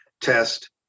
test